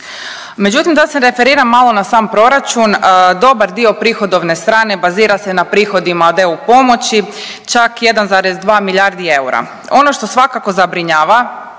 Međutim, da se referiram malo na sam proračun. Dobar dio prihodovne strane bazira se na prihodima od EU pomoći čak 1,2 milijardi eura. Ono što svakako zabrinjava